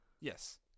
Yes